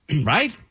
right